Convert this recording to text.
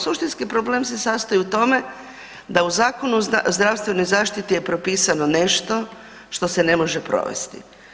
Suštinski problem se sastoji u tome da u Zakonu o zdravstvenoj zaštiti je propisano nešto što se ne može provesti.